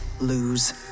lose